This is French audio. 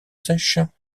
sèche